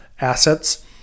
assets